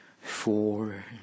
Four